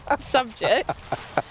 subjects